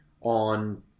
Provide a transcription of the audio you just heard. on